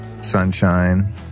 sunshine